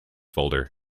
folder